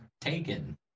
Taken